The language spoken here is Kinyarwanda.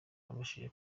babashije